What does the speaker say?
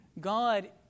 God